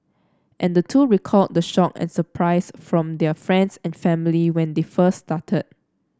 and the two recalled the shock and surprise from their friends and family when they first started